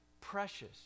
precious